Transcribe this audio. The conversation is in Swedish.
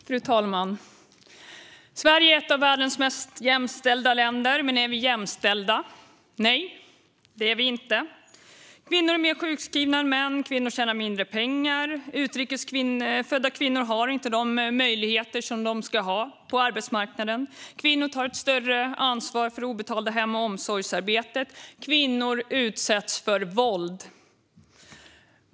Fru talman! Sverige är ett av världens mest jämställda länder, men är vi jämställda? Nej, det är vi inte. Kvinnor är mer sjukskrivna än män. Kvinnor tjänar mindre pengar. Utrikes födda kvinnor har inte de möjligheter som de ska ha på arbetsmarknaden. Kvinnor tar ett större ansvar för det obetalda hem och omsorgsarbetet. Kvinnor utsätts för våld. Fru talman!